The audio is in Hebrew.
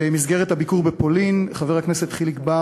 במסגרת הביקור בפולין חבר הכנסת חיליק בר